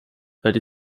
werde